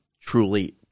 truly